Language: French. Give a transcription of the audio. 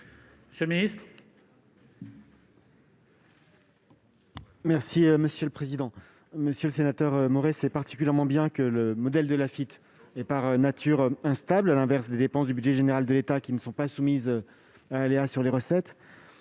Monsieur le ministre,